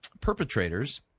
perpetrators